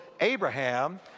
Abraham